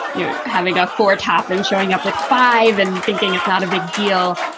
you haven't got for top and showing up with five and thinking it's not a big deal.